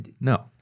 no